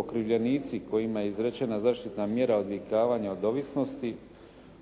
Okrivljenici kojima je izrečena zaštitna mjera odvikavanja od ovisnosti